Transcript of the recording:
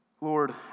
Lord